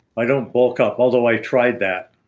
i don't bulk up although i tried that.